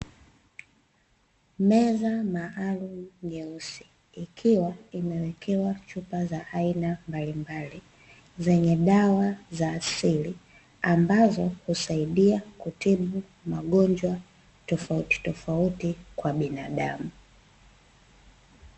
Meza maalum nyeusi ikiwa imewekewa chupa za aina mbalimbali zenye dawa za asili, ambazo husaidia kutibu magonjwa tofauti tofauti kwa binadamu.